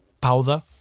powder